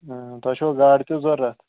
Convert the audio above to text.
تۄہہِ چھَوا گاڈٕ تہِ ضروٗرت